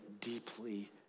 deeply